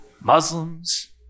Muslims